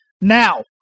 Now